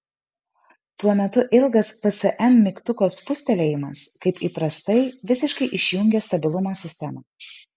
tuo metu ilgas psm mygtuko spustelėjimas kaip įprastai visiškai išjungia stabilumo sistemą